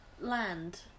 Land